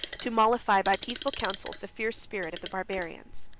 to mollify, by peaceful counsels, the fierce spirit of the barbarians.